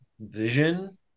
vision